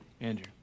andrew